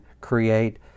create